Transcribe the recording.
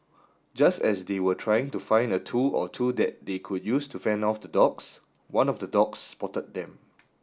just as they were trying to find a tool or two that they could use to fend off the dogs one of the dogs spotted them